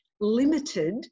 limited